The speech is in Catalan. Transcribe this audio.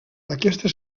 aquesta